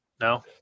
no